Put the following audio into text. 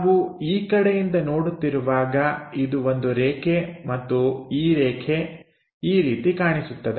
ನಾವು ಈ ಕಡೆಯಿಂದ ನೋಡುತ್ತಿರುವಾಗ ಇದು ಒಂದು ರೇಖೆ ಮತ್ತು ಈ ರೇಖೆ ಈ ರೀತಿ ಕಾಣಿಸುತ್ತದೆ